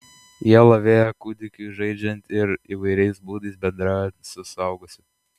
jie lavėja kūdikiui žaidžiant ir įvairiais būdais bendraujant su suaugusiu